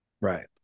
Right